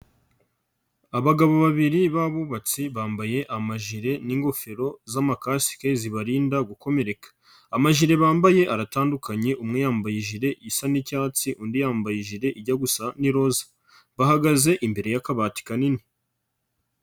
Abagabo babiri b'abubatsi bambaye amajire n'ingofero z'amakasike zibarinda gukomereka. Amajire bambaye aratandukanye; umwe yambaye ijire isa n'icyatsi, undi yambaye iji ijya gusa n'iroza bahagaze imbere y'akabati kanini.